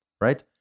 right